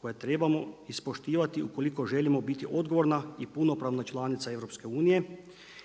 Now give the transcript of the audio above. koje trebamo ispoštivati ukoliko želimo bitni odgovorna i punopravna članica EU-a